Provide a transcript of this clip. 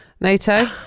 NATO